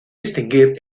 distinguir